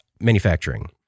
manufacturing